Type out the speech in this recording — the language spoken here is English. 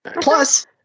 Plus